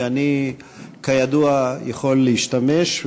ואני כידוע יכול להשתמש,